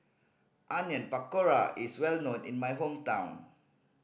Onion Pakora is well known in my hometown